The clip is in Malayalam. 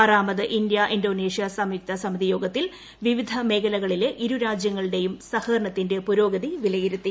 ആറാമത് ഇന്ത്യ ഇന്തോനേഷ്യ സംയുക്ത സമിതി യോഗത്തിൽ വിവിധ മേഖലകളിലെ ഇരു രാജ്യങ്ങളുടെയും സഹകരണത്തിന്റെ പുരോഗതി വിലയിരുത്തി